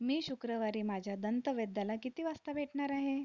मी शुक्रवारी माझ्या दंतवैद्याला किती वाजता भेटणार आहे